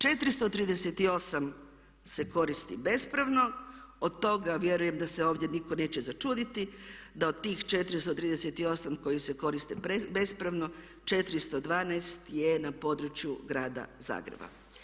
438 se koristi bespravno, od toga vjerujem da se ovdje nitko neće začuditi, da od tih 438 koji se koriste bespravno, 412 je na području grada Zagreba.